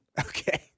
Okay